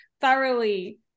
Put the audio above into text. thoroughly